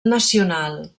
nacional